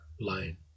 line